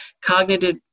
Cognitive